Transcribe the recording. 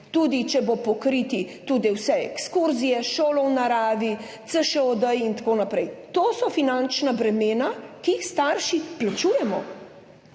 šoli, pokriti tudi vse ekskurzije, šolo v naravi, CŠOD in tako naprej? To so finančna bremena, ki jih starši plačujemo.